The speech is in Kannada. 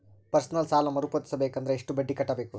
ಪರ್ಸನಲ್ ಸಾಲ ಮರು ಪಾವತಿಸಬೇಕಂದರ ಎಷ್ಟ ಬಡ್ಡಿ ಕಟ್ಟಬೇಕು?